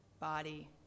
body